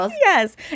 Yes